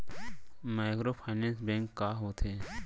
Microfinance bank का होथे?